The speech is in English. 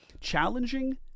challenging